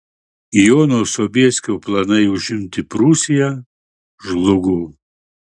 jono sobieskio planai užimti prūsiją žlugo